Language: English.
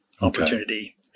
opportunity